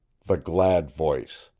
the glad voice,